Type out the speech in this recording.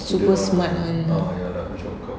super smart one you know